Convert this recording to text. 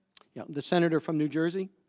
yeah the senator from new jersey